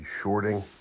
shorting